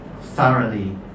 thoroughly